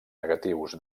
negatius